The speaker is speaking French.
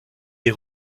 des